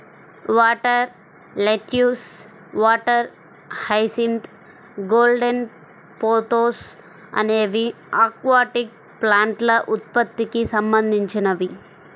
water lettuce, water hyacinth, golden pothos అనేవి aquatic ప్లాంట్ల ఉత్పత్తికి సంబంధించినవి